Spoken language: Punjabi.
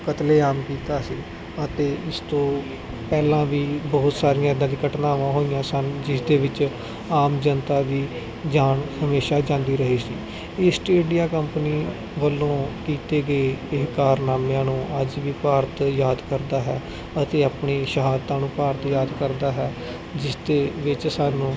ਕਤਲੇਆਮ ਕੀਤਾ ਸੀ ਅਤੇ ਇਸ ਤੋਂ ਪਹਿਲਾਂ ਵੀ ਬਹੁਤ ਸਾਰੀਆਂ ਇੱਦਾਂ ਦੀਆਂ ਘਟਨਾਵਾਂ ਹੋਈਆਂ ਸਨ ਜਿਸ ਦੇ ਵਿੱਚ ਆਮ ਜਨਤਾ ਦੀ ਜਾਨ ਹਮੇਸ਼ਾ ਜਾਂਦੀ ਰਹੀ ਸੀ ਈਸਟ ਇੰਡੀਆ ਕੰਪਨੀ ਵੱਲੋਂ ਕੀਤੇ ਗਏ ਇਹ ਕਾਰਨਾਮਿਆਂ ਨੂੰ ਅੱਜ ਵੀ ਭਾਰਤ ਯਾਦ ਕਰਦਾ ਹੈ ਅਤੇ ਆਪਣੀ ਸ਼ਹਾਦਤਾਂ ਨੂੰ ਭਾਰਤ ਯਾਦ ਕਰਦਾ ਹੈ ਜਿਸ ਦੇ ਵਿੱਚ ਸਾਨੂੰ